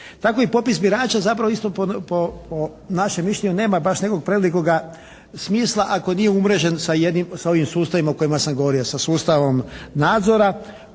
Tako i popis birača zapravo isto po našem mišljenju nema baš nekog prevelikoga smisla ako nije umrežen sa ovim sustavima o kojima sam govorio, sa sustavom nadzora